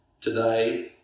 Today